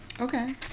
Okay